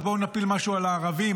אז בואו נפיל משהו על הערבים,